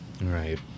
Right